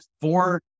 four